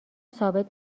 ثابت